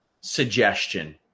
suggestion